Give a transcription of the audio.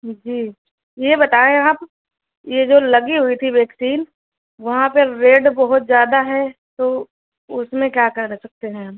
جی یہ بتائیں آپ یہ جو لگی ہوئی تھی ویکسین وہاں پہ ریڈ بہت زیادہ ہے تو اس میں کیا کر سکتے ہیں ہم